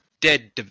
Dead